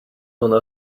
one